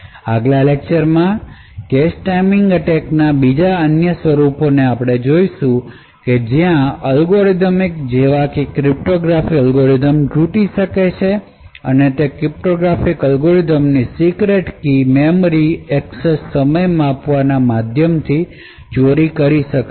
આગલા લેક્ચર માં cache timing એટેકના બીજા અન્ય સ્વરૂપોને જોઈશું જ્યાં અલ્ગોરિધમ્સ જેવા ક્રિપ્ટોગ્રાફિક અલ્ગોરિધમ્સ તૂટી શકે છે અને તે ક્રિપ્ટો ગ્રાફિક અલ્ગોરિધમની સીક્રેટ કી મેમરી એક્સેસ સમય માપવાના માધ્યમથી ચોરી કરી શકાય છે